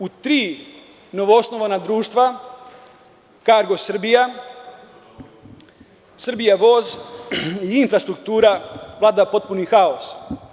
U tri novoosnovana društva, „Kargo Srbija“, „Srbija voz“ i „Infrastruktura“ vlada potpuni haos.